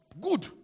Good